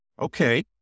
Okay